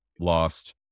lost